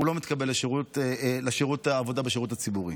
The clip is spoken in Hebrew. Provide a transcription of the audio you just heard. הוא לא מתקבל לעבודה בשירות הציבורי.